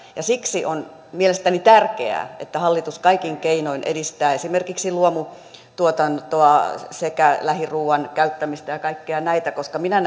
siksi on mielestäni tärkeää että hallitus kaikin keinoin edistää esimerkiksi luomutuotantoa sekä lähiruoan käyttämistä ja kaikkia näitä koska minä